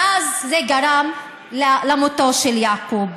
ואז זה גרם למותו של יעקוב.